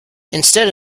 instead